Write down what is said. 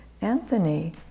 Anthony